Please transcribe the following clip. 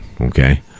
okay